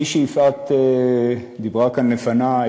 כפי שיפעת אמרה כאן לפני,